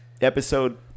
episode